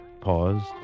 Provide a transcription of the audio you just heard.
paused